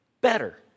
better